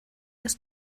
ist